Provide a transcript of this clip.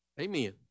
Amen